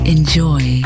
Enjoy